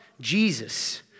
Jesus